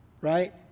right